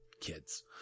kids